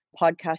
podcast